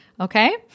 Okay